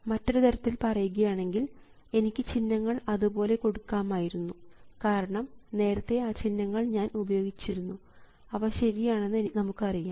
മറ്റൊരു തരത്തിൽ പറയുകയാണെങ്കിൽ എനിക്ക് ചിഹ്നങ്ങൾ അതുപോലെ കൊടുക്കാമായിരുന്നു കാരണം നേരത്തെ ആ ചിഹ്നങ്ങൾ ഞാൻ ഉപയോഗിച്ചിരുന്നു അവ ശരിയാണെന്ന് നമുക്കറിയാം